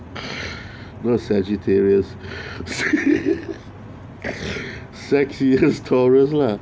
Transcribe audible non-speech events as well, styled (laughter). (laughs) not sagittarius sex~ (laughs) sexiest taurus lah